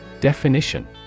Definition